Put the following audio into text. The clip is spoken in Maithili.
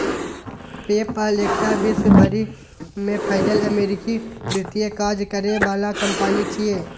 पे पल एकटा विश्व भरि में फैलल अमेरिकी वित्तीय काज करे बला कंपनी छिये